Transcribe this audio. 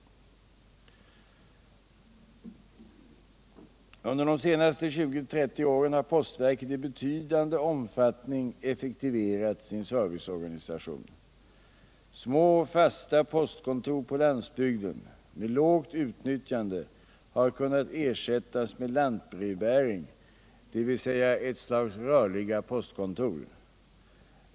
Under de senaste 20-30 åren har postverket i betydande omfattning effektiverat sin serviceorganisation. Små, fasta postkontor på landsbygden med lågt utnyttjande har kunnat ersättas med lantbrevbäring, dvs. ett slags rörliga postkontor.